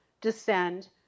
descend